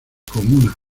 comuna